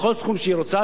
בכל סכום שהיא רוצה,